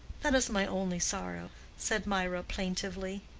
that is my only sorrow, said mirah, plaintively.